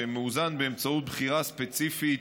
שמאוזן באמצעות בחירה ספציפית,